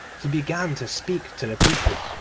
he began to speak to the people,